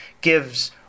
gives